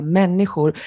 människor